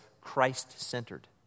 Christ-centered